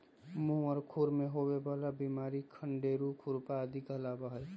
मुह और खुर में होवे वाला बिमारी खंडेरू, खुरपा आदि कहलावा हई